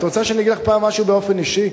את רוצה שאני אגיד לך פעם משהו באופן אישי?